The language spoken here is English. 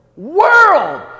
world